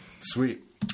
Sweet